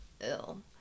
ill